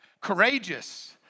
courageous